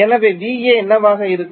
எனவே V AB என்னவாக இருக்கும்